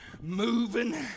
moving